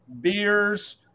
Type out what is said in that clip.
beers